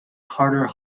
carter